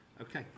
Okay